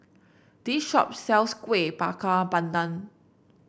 this shop sells Kuih Bakar Pandan